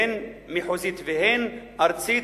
הן מחוזית והן ארצית,